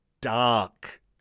dark